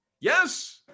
Yes